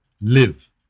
live